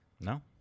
No